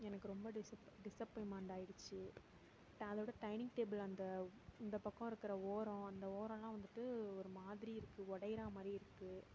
எனக்கு ரொம்ப டிசப் டிசப்பாயின்ட்மெண்ட் ஆகிடுச்சி ட அதை விட டைனிங் டேபிள் அந்த இந்த பக்கம் இருக்கிற ஓரம் அந்த ஓரெலாம் வந்துவிட்டு ஒரு மாதிரி இருக்குது உடைகிறா மாதிரி இருக்குது